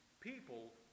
people